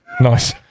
Nice